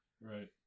Right